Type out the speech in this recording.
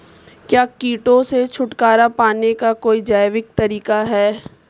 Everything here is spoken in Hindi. क्या कीटों से छुटकारा पाने का कोई जैविक तरीका है?